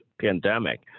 pandemic